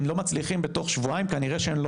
אם לא מצליחים בתוך שבועיים כנראה שהן לא